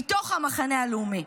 מתוך המחנה הלאומי?